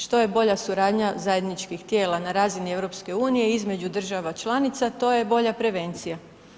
Što je bolja suradnja zajedničkih tijela na razini EU između država članica to je bolja prevencija.